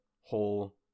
whole